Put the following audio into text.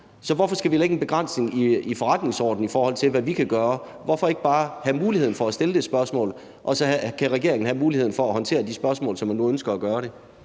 Så hvorfor skal vi lægge en begrænsning i forretningsordenen, i forhold til hvad vi kan gøre? Hvorfor ikke bare have muligheden for at stille det spørgsmål, og så kan regeringen have muligheden for at håndtere de spørgsmål, som man nu ønsker at gøre det?